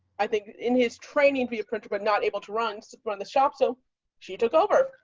i think, in his training for your country, but not able to run so run the shop so she took over.